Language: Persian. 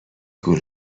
گول